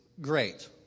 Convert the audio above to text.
great